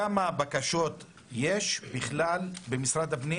כמה בקשות יש בכלל במשרד הפנים